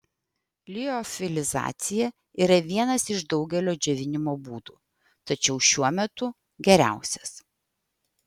liofilizacija yra vienas iš daugelio džiovinimo būdų tačiau šiuo metu geriausias